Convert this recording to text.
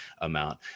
amount